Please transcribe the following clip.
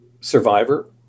survivor